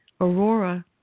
Aurora